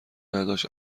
نداشت